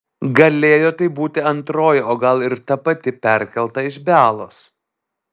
galėjo tai būti antroji o gal ir ta pati perkelta iš bialos